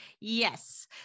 Yes